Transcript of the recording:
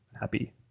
happy